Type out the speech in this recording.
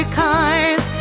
cars